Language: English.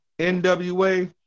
NWA